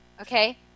Okay